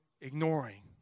Ignoring